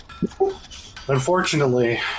Unfortunately